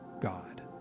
God